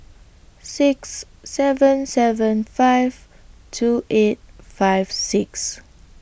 six seven seven five two eight five six